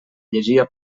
llegia